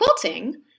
quilting